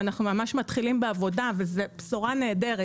ואנחנו מתחילים בעבודה וזו בשורה נהדרת.